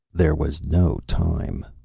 there was no time.